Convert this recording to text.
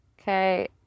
okay